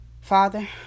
Father